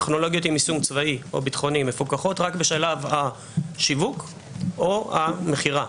טכנולוגיות עם יישום צבאי או ביטחוני מפוקחות רק בשלב השיווק או המכירה.